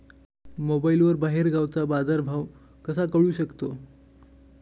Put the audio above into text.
मोबाईलवर बाहेरगावचा बाजारभाव कसा कळू शकतो?